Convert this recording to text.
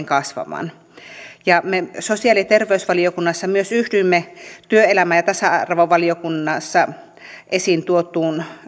kasvavan me sosiaali ja terveysvaliokunnassa myös yhdyimme työelämä ja tasa arvovaliokunnassa esiin tuotuun